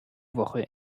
woche